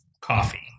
coffee